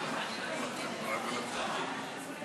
בבקשה, אדוני.